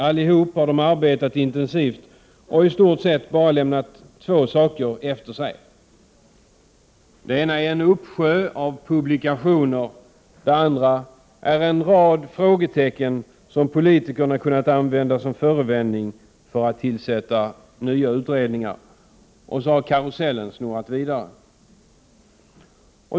Allihop har de arbetat intensivt och i stort sett bara lämnat två saker efter sig. Det ena är en uppsjö av publikationer, det andra är en rad frågetecken som politikerna kunnat ta som förevändning för att tillsätta nya utredningar. Så har karusellen snurrat vidare.